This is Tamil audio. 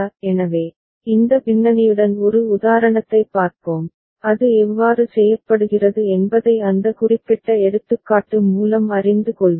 எனவே இந்த பின்னணியுடன் ஒரு உதாரணத்தைப் பார்ப்போம் அது எவ்வாறு செய்யப்படுகிறது என்பதை அந்த குறிப்பிட்ட எடுத்துக்காட்டு மூலம் அறிந்து கொள்வோம்